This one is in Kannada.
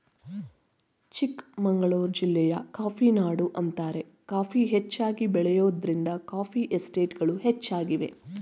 ಚಿಕ್ಕಮಗಳೂರು ಜಿಲ್ಲೆ ಕಾಫಿನಾಡು ಅಂತಾರೆ ಕಾಫಿ ಹೆಚ್ಚಾಗಿ ಬೆಳೆಯೋದ್ರಿಂದ ಕಾಫಿ ಎಸ್ಟೇಟ್ಗಳು ಹೆಚ್ಚಾಗಿವೆ